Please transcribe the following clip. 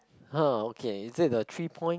!huh! okay is it a three point